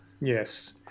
yes